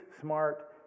smart